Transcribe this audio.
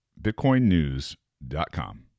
Bitcoinnews.com